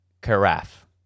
carafe